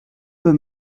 peu